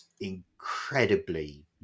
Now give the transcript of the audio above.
incredibly